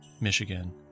Michigan